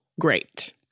great